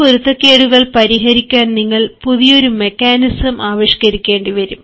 ഈ പൊരുത്തക്കേടുകൾ പരിഹരിക്കാൻ നിങ്ങൾ പുതിയൊരു മെക്കാനിസം ആവിഷ്കരിക്കേണ്ടിവരും